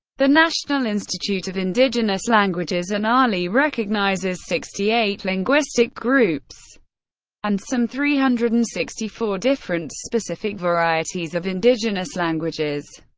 the national institute of indigenous languages inali recognizes sixty eight linguistic groups and some three hundred and sixty four different specific varieties of indigenous languages.